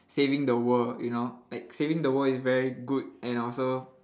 saving the world you know like saving the world is very good and also